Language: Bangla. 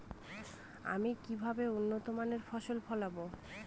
আমি কিভাবে উন্নত মানের ফসল ফলাব?